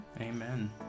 amen